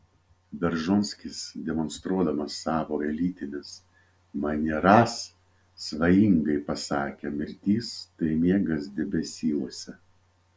beržonskis demonstruodamas savo elitines manieras svajingai pasakė mirtis tai miegas debesyluose